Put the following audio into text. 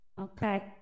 Okay